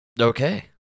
Okay